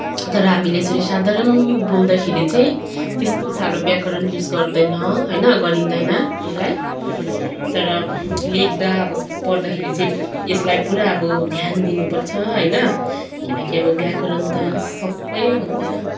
तर हामीले यसरी साधारन बोल्दाखेरि चाहिँ त्यस्तो साह्रो व्याकरण युज गर्दैन होइन गरिँदैन यसलाई तर अब लेख्दा अब पढ्दाखेरि चाहिँ यसलाई पुरा अब ध्यान दिनुपर्छ होइन किनकी अब व्याकरण त सबैभन्दा